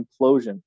implosion